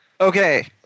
Okay